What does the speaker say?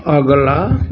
अगला